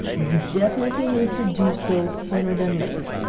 you definitely need to do so sooner than later.